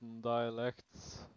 dialects